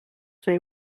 fer